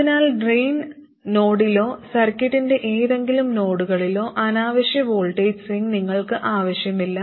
അതിനാൽ ഡ്രെയിൻ നോഡിലോ സർക്യൂട്ടിന്റെ ഏതെങ്കിലും നോഡുകളിലോ അനാവശ്യ വോൾട്ടേജ് സ്വിംഗ് നിങ്ങൾക്ക് ആവശ്യമില്ല